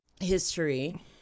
history